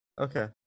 Okay